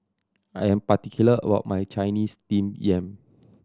I am particular about my Chinese Steamed Yam